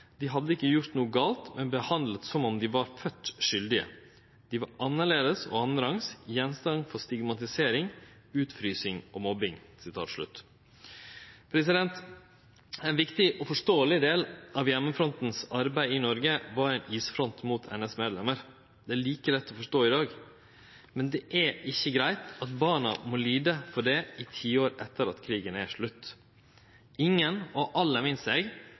De hadde ikke gjort noe galt, men ble behandlet som om de var født skyldige. De var annerledes og annenrangs, gjenstand for stigmatisering, utfrysing og mobbing.» Ein viktig og forståeleg del av Heimefronten sitt arbeid i Noreg var ein isfront mot NS-medlemmer. Det er like lett å forstå i dag. Men det er ikkje greitt at barna må lide for det i tiår etter at krigen er slutt. Ingen, og aller minst